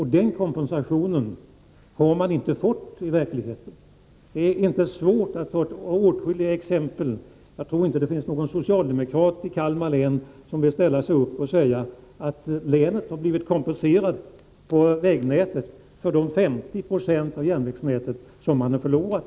I verkligheten har dessa regioner inte fått denna kompensation. Det är inte svårt att finna åtskilliga exempel på detta. Jag tror inte att det finns någon socialdemokrat i Kalmar län som vill säga att länet har blivit kompenserat med åtgärder i fråga om vägnätet för de 50 20 av järnvägsnätet som man där har förlorat.